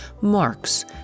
marks